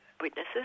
witnesses